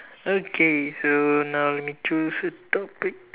okay so now let me choose the topic